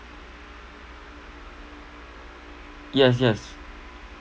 yes yes